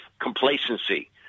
complacency